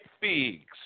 figs